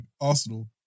Arsenal